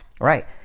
Right